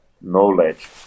knowledge